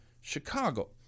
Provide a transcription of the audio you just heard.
Chicago